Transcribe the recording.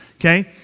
okay